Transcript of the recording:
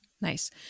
Nice